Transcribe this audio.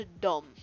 dumb